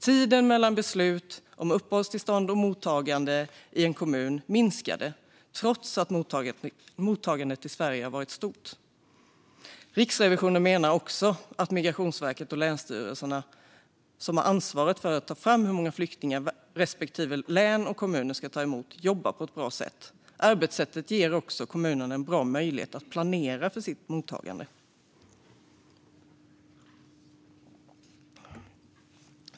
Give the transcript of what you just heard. Tiden mellan beslut om uppehållstillstånd och mottagande i en kommun har minskat trots att mottagandet i Sverige varit stort. Riksrevisionen menar också att Migrationsverket och länsstyrelserna, som har ansvaret för att ta fram hur många flyktingar respektive län och kommun ska ta emot, jobbar på ett bra sätt. Arbetssättet ger också kommunerna en bra möjlighet att planera sitt mottagande.